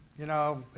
you know,